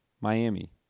Miami